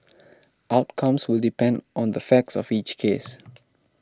outcomes will depend on the facts of each case